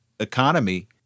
economy